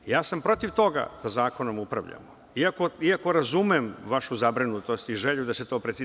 Ja sam protiv toga da zakonom upravljamo, iako razumem vašu zabrinutost i želju da se to precizira.